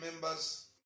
members